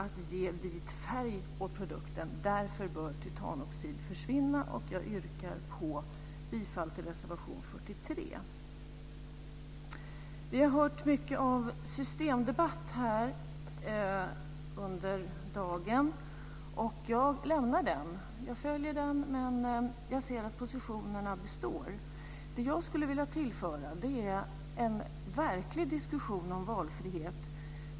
Det är viktigt att relevant forskning kan bedrivas på hälso och sjukvårdsområdet, forskning som kan vara till hjälp för patienterna, men hänsyn måste också tas till den enskilde individens integritet.